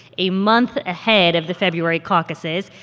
a month ahead of the february caucuses.